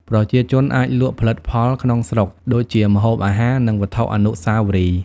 ប្រជាជនអាចលក់ផលិតផលក្នុងស្រុក ដូចជាម្ហូបអាហារ និងវត្ថុអនុស្សាវរីយ៍។